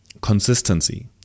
consistency